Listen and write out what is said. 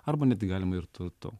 arba netgi galima ir turtu